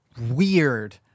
weird